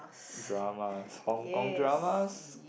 dramas Hong-Kong dramas